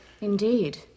Indeed